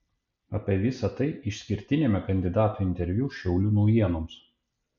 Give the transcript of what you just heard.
apie visa tai išskirtiniame kandidatų interviu šiaulių naujienoms